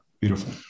beautiful